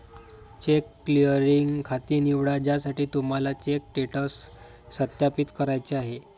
check clearing खाते निवडा ज्यासाठी तुम्हाला चेक स्टेटस सत्यापित करायचे आहे